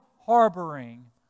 harboring